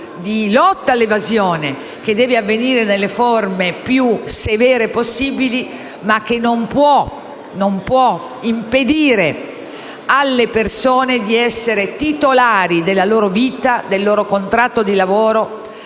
di lotta all'evasione che deve operare nelle forme più severe possibili, ma non può impedire alle persone di essere titolari della loro vita, del loro contratto di lavoro,